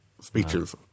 speeches